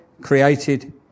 created